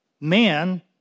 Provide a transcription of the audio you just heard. man